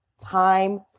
time